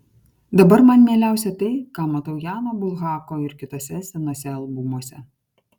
dabar man mieliausia tai ką matau jano bulhako ir kituose senuose albumuose